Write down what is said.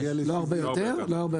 לא הרבה יותר.